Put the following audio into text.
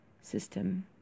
system